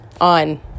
on